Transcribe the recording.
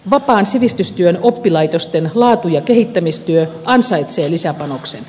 vapaan sivistystyön oppilaitosten laatu ja kehittämistyö ansaitsee lisäpanoksen